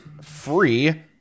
free